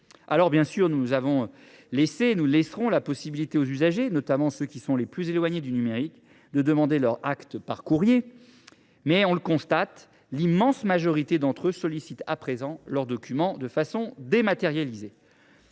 délivrés. Bien sûr, nous avons laissé et nous laisserons la possibilité aux usagers, notamment à ceux qui sont les plus éloignés du numérique, de demander leur acte par courrier. Mais – on le constate – l’immense majorité d’entre eux sollicitent à présent leurs documents sous forme dématérialisée.